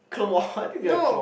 claw how did you get a claw